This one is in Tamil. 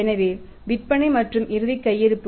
எனவே விற்பனை மற்றும் இறுதிக் கையிருப்பு